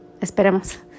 esperemos